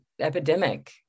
epidemic